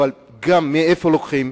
אבל גם מאיפה לוקחים.